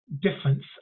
difference